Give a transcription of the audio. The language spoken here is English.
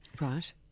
Right